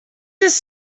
just